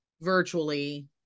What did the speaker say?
virtually